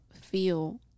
feel